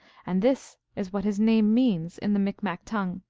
and this is what his name means in the micmac tongue.